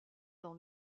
dans